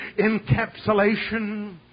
encapsulation